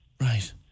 Right